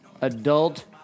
Adult